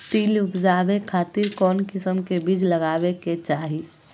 तिल उबजाबे खातिर कौन किस्म के बीज लगावे के चाही?